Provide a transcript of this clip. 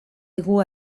digu